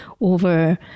over